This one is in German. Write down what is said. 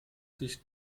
sich